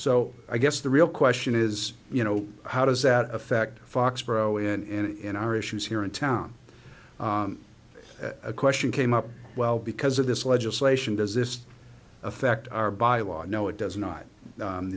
so i guess the real question is you know how does that affect foxboro in our issues here in town a question came up well because of this legislation does this affect our by law i know it does not